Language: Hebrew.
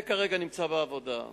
כרגע זה נמצא בעבודה.